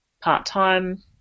part-time